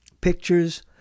pictures